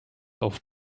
auf